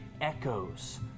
echoes